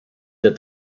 that